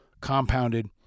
compounded